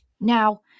Now